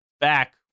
back